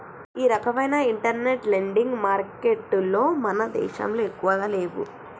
ఈ రకవైన internet lending మారికెట్టులు మన దేశంలో ఎక్కువగా లేవు